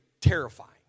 terrifying